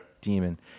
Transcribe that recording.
Demon